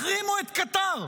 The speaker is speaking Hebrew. החרימו את קטאר.